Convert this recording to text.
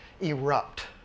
erupt